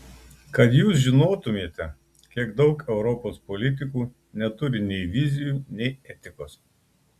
kad jūs žinotumėte kiek daug europos politikų neturi nei vizijų nei etikos